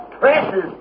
presses